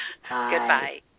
Goodbye